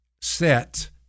set